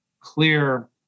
clear